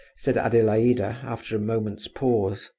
said adelaida, after a moment's pause.